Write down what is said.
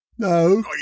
No